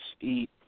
eat